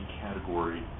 category